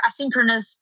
asynchronous